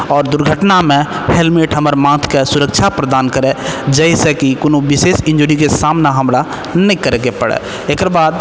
आओर दुर्घटनामे हेलमेट हमर माथके सुरक्षा प्रदान करै जाहि सँ कि कोनो विशेष इंज्युरीके सामना हमरा नहि करैके पड़ै एकर बाद